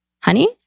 Honey